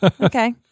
Okay